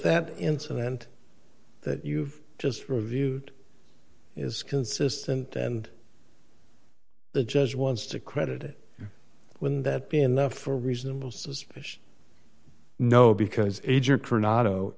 that incident that you've just reviewed is consistent and the judge wants to credit it when that be enough for reasonable suspicion no because ager coronado